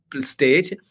stage